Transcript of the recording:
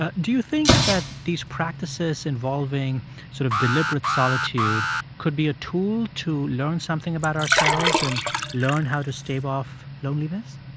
ah do you think that these practices involving sort of deliberate solitude could be a tool to learn something about ourselves and learn how to stave off loneliness?